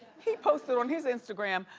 he posted on his instagram,